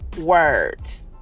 words